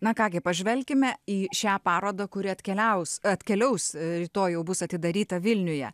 na ką gi pažvelkime į šią parodą kuri atkeliaus atkeliaus rytoj bus atidaryta vilniuje